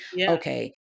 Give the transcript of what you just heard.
okay